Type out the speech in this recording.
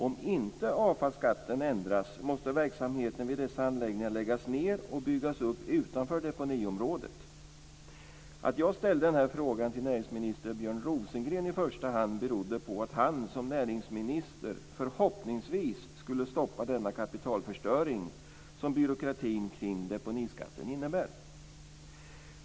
Om inte avfallsskatten ändras måste verksamheten vid dessa anläggningar läggas ned och byggas upp utanför deponiområdet. Att jag ställde den här frågan i första hand till näringsminister Björn Rosengren berodde på att jag hoppades på att han som näringsminister skulle stoppa den kapitalförstöring som byråkratin kring deponiskatten innebär.